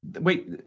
Wait